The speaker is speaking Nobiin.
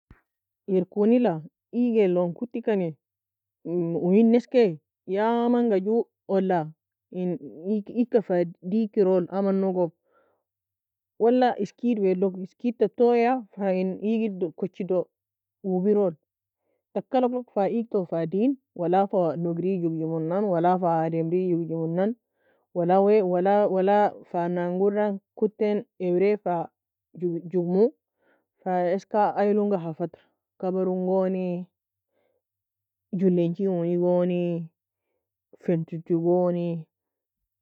Irki uunila iygealon kuttikani, uu uin eskei, ya amnga ju olla in iyge iygka fa deakierole amanogo, wala iskeedwea logo, iskeedta touya fa in iygin do kochidu ubirole, taka'lag log fa iygto fa din, wala fa nougerie joughjimonna, wala fa ademri joughjimonnnan, wala weawala wala fananguora kottaen aweray fa joug jougmo, fa eska ayilonga hafadr, kabarrun goni, jullenchi uni goni, fentinto goni.